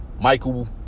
Michael